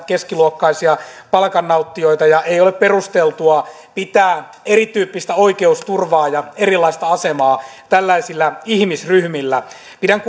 keskiluokkaisia palkannauttijoita ja ei ole perusteltua pitää erityyppistä oikeusturvaa ja erilaista asemaa tällaisilla ihmisryhmillä pidän